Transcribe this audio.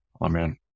amen